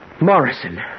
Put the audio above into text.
Morrison